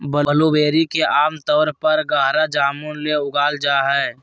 blueberry के आमतौर पर गहरा जामुन ले उगाल जा हइ